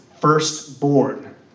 firstborn